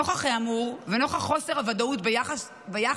נוכח האמור, ונוכח חוסר הוודאות ביחס